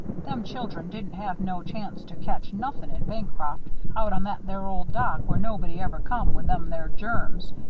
them children didn't have no chance to catch nothin' in bancroft out on that there old dock where nobody ever come with them there germs.